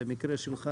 במקרה שלך,